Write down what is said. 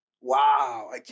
wow